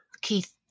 Keith